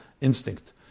instinct